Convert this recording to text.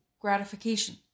gratification